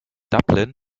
dublin